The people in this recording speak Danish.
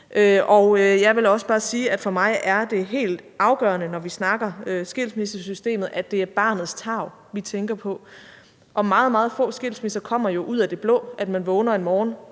Jeg vil også bare sige, at for mig er det helt afgørende, når vi snakker skilsmissesystemet, at det er barnets tarv, vi tænker på. Og meget, meget få skilsmisser kommer jo ud af det blå, altså ved at man vågner en morgen